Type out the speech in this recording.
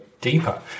deeper